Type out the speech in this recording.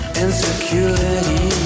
insecurity